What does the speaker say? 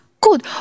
Good